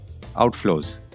outflows